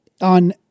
on